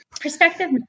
perspective